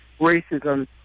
racism